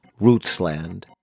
Rootsland